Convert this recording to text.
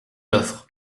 l’offre